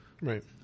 Right